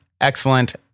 excellent